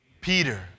Peter